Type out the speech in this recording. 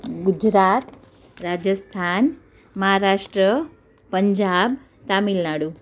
Gujarat Rajasthan Maharashtra Punjab Tamil Nadu